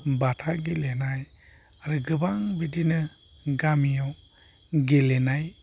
बाथा गेलेनाय आरो गोबां बिदिनो गामियाव गेलेनाय